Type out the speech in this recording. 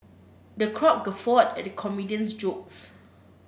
the crowd guffawed at the comedian's jokes